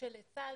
שלצה"ל